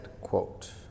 quote